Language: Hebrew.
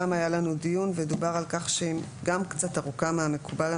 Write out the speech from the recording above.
גם היה לנו דיון ודובר על כך שהיא גם קצת ארוכה מהמקובל,